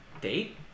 Date